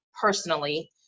personally